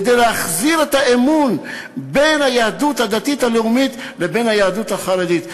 כדי להחזיר את האמון בין היהדות הדתית-לאומית לבין היהדות החרדית.